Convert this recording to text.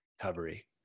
recovery